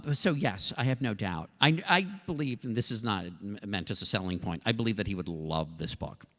ah so yes, i have no doubt. i believe, and this is not meant as a selling point. i believe that he would love this book.